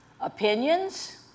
opinions